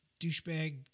douchebag